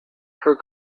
her